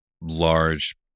large